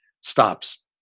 stops